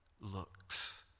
looks